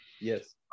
Yes